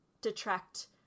detract